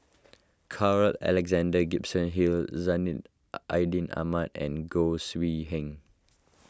Carl Alexander Gibson Hill Zainal Ahmad and Goi